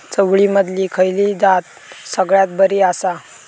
चवळीमधली खयली जात सगळ्यात बरी आसा?